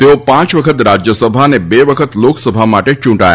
તેઓ પાંચ વખત રાજ્યસભા અને બે વખત લોકસભા માટે ચૂંટાયા હતા